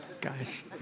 guys